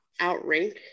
Outrank